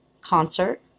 concert